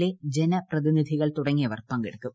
A ജനപ്രതിനിധികൾ തുടങ്ങിയവർ പങ്കെടുക്കും